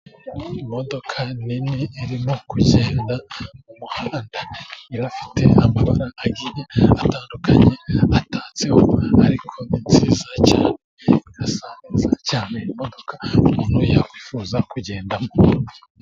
Imodoka nini irimo kugenda mu muhanda irafite amabara agiye atandukanye, batatse vuba ariko ni nziza cyane igasa neza cyane n'imodoka umuntu yakwifuza kugendamo.